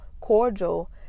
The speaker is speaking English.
cordial